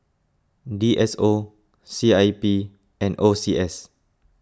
D S O C I P and O C S